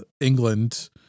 England